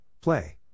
play